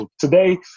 today